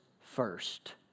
first